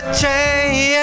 change